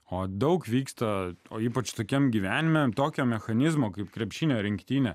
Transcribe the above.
o daug vyksta o ypač tokiam gyvenime tokio mechanizmo kaip krepšinio rinktinė